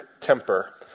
temper